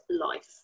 life